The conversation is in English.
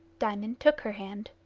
diamond took her hand.